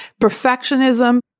Perfectionism